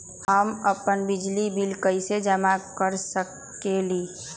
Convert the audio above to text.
हम अपन बिजली बिल कैसे जमा कर सकेली?